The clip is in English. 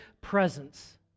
presence